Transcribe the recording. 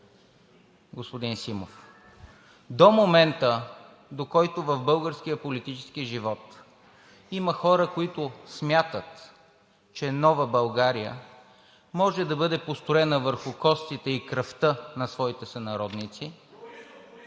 господин Симов. До момента, до който в българския политически живот има хора, които смятат, че нова България може да бъде построена върху костите и кръвта на своите сънародници